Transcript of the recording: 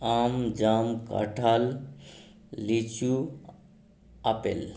আম জাম কাঁঠাল লিচু আপেল